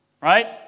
right